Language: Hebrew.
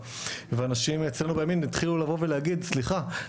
ואנשים אצלנו בימין התחילו להגיד: סליחה,